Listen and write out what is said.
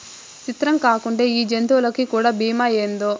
సిత్రంగాకుంటే ఈ జంతులకీ కూడా బీమా ఏందో